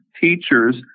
teachers